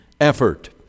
effort